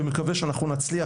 ומקווה שאנחנו נצליח,